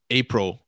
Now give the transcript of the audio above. april